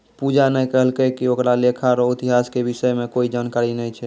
पूजा ने कहलकै ओकरा लेखा रो इतिहास के विषय म कोई जानकारी नय छै